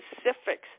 specifics